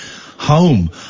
home